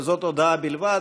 זאת הודעה בלבד.